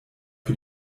für